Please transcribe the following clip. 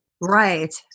Right